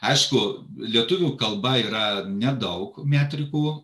aišku lietuvių kalba yra nedaug metrikų